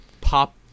pop